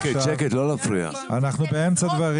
אנחנו באמצע הדברים.